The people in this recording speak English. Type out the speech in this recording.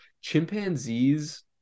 chimpanzees